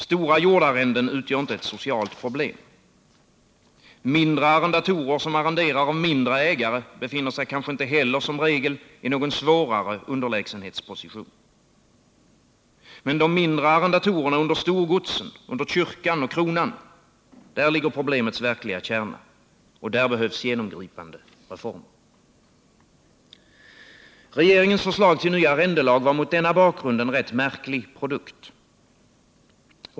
Stora jordarrenden utgör inte ett socialt problem. Mindre arrendatorer som arrenderar av mindre ägare befinner sig kanske inte heller som regel i någon svårare underlägsenhetsposition. Men de mindre arrendatorerna under storgodsen, under kyrkan och kronan —där ligger problemets verkliga kärna, och där behövs genomgripande reformer. Regeringens förslag till ny arrendelag var mot denna bakgrund en rätt märklig produkt.